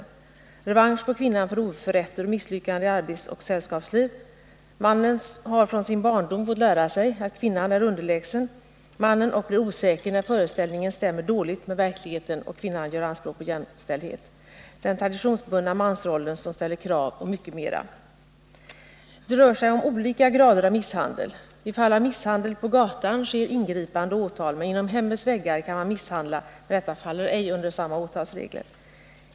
Ett behov av revansch på kvinnan för oförätter och misslyckande i arbetsoch sällskapslivet är en förklaring. En annan är att mannen från sin barndom har fått lära sig att kvinnan är underlägsen mannen och blir osäker när föreställningen stämmer dåligt med verkligheten och kvinnan gör anspråk på jämställdhet. Den traditionsbundna mansrollen som ställer krav, och mycket annat, anförs också som förklaringar. Det rör sig om olika grader av misshandel. Vid fall av misshandel på gatan sker ingripande och åtal, men misshandel inom hemmets väggar faller ej under samma åtalsregler.